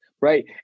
Right